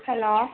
hello